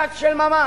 דת של ממש,